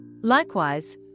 Likewise